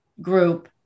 group